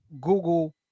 Google